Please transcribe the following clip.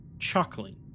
chuckling